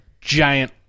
giant